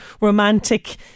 romantic